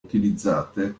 utilizzate